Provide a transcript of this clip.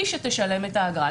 היא שתשלם את האגרה.